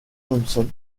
thompson